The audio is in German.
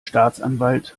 staatsanwalt